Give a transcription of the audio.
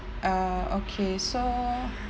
uh okay so